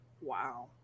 Wow